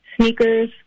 sneakers